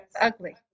Ugly